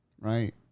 right